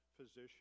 physician